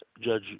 Judge